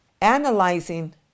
analyzing